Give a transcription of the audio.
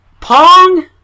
Pong